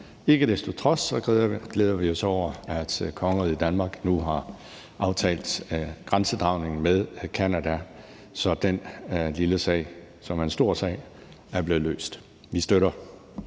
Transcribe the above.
Ikke desto mindre glæder vi os over, at kongeriget Danmark nu har aftalt grænsedragningen med Canada, så den lille sag, som er en stor sag, er blevet løst. Vi støtter